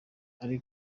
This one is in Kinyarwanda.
ari